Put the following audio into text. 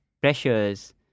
pressures